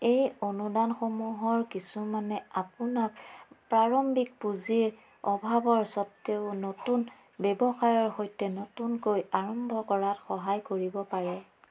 এই অনুদানসমূহৰ কিছুমানে আপোনাক প্ৰাৰম্ভিক পুঁজিৰ অভাৱৰ স্বত্ত্বেও নতুন ব্যৱসায়ৰ সৈতে নতুনকৈ আৰম্ভ কৰাত সহায় কৰিব পাৰে